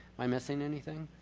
i missing anything?